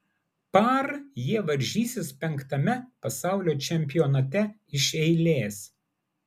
par jie varžysis penktame pasaulio čempionate iš eilės